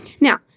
Now